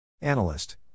Analyst